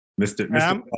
Mr